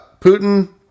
Putin